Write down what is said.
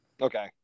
Okay